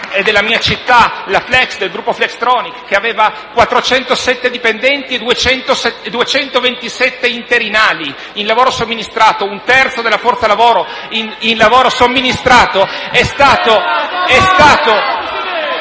è della mia città, la Flex del gruppo Flextronics, che aveva 407 dipendenti e 227 interinali in lavoro somministrato, un terzo della forza lavoro...